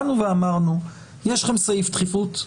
באנו ואמרנו יש לכם סעיף דחיפות,